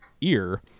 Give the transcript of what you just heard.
ear